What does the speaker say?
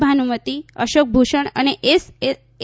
ભાનુમતિ અશોક ભૂષણ અને એ